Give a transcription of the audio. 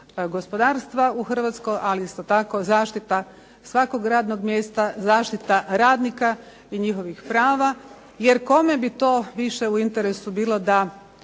gospodarstva u Hrvatskoj, ali isto tako zaštita svakog radnog mjesta, zaštita radnika i njihovih prava. Jer kome bi to više u interesu bilo da